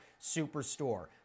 Superstore